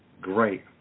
great